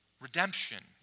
redemption